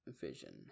vision